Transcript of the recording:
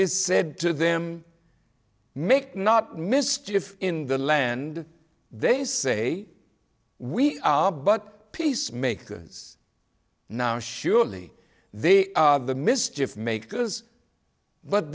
is said to them make not mischief in the land they say we are but peacemakers now surely they are the mischief makers but